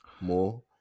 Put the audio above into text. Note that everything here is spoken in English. more